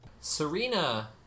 Serena